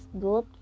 good